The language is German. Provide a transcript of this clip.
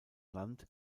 land